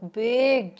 big